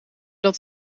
dat